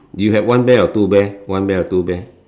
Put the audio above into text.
you have one bear or two bear one bear or two bear